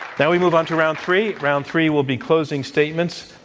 now we move on to round three. round three will be closing statements.